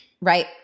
right